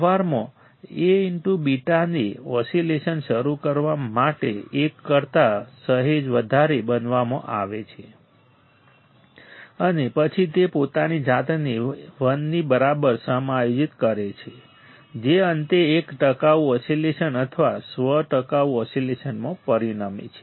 વ્યવહારમાં A β ને oscillation શરૂ કરવા માટે એક કરતા સહેજ વધારે બનાવવામાં આવે છે અને પછી તે પોતાની જાતને 1 ની બરાબર સમાયોજિત કરે છે જે અંતે એક ટકાઉ ઓસિલેશન અથવા સ્વ ટકાઉ ઓસિલેશનમાં પરિણમે છે